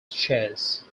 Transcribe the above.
shares